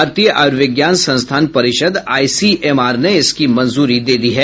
भारतीय आयुर्विज्ञान संस्थान परिषद आईसीएमआर ने इसकी मंजूरी दे दी है